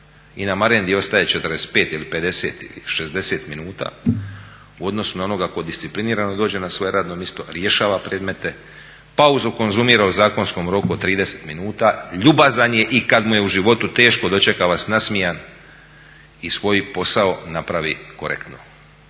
i na marendi ostaje 45 ili 50 ili 60 minuta u odnosu na onoga tko disciplinirano dođe na svoje radno mjesto, rješava predmete, pauzu konzumira u zakonskom roku od 30 minuta, ljubazan i kada mu je u životu tešku dočeka vas nasmijan i svoj posao napravi korektno.